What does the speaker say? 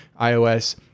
iOS